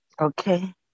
Okay